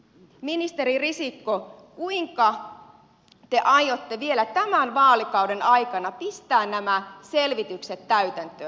ministeri risikko kuinka te aiotte vielä tämän vaalikauden aikana pistää nämä selvitykset täytäntöön